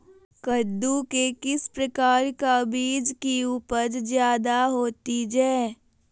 कददु के किस प्रकार का बीज की उपज जायदा होती जय?